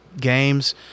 games